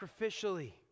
sacrificially